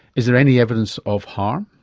is there any evidence of harm?